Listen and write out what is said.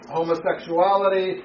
homosexuality